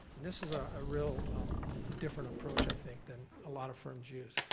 this is ah a real different approach i think than a lot of firms use.